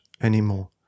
anymore